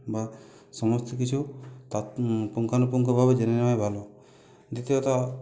বা সমস্ত কিছু তা পুঙ্খানুপুঙ্খুভাবে জেনে নেওয়াই ভালো দ্বিতীয়ত